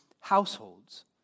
households